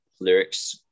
lyrics